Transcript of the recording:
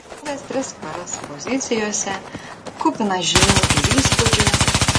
išbuvęs tris paras pozicijose kupinas žinių ir įspūdžių